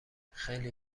خیلی